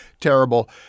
terrible